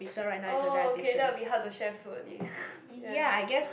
oh okay that would be hard to share food already ya